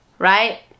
Right